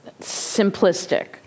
simplistic